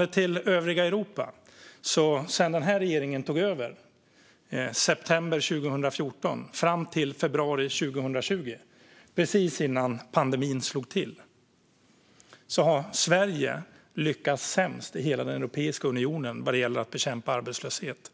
Efter att den här regeringen tog över, från september 2014 och fram till februari 2020, precis innan pandemin slog till, har Sverige lyckats sämst i hela Europeiska unionen vad gäller att bekämpa arbetslöshet.